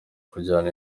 kujyana